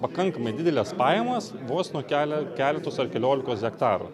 pakankamai dideles pajamas vos nuo kelio keletos ar keliolikos hektarų